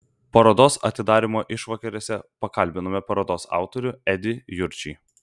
parodos atidarymo išvakarėse pakalbinome parodos autorių edį jurčį